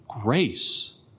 grace